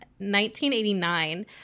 1989